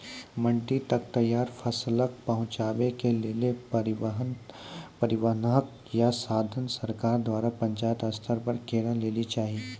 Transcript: मंडी तक तैयार फसलक पहुँचावे के लेल परिवहनक या साधन सरकार द्वारा पंचायत स्तर पर करै लेली चाही?